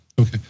Okay